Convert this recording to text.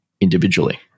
individually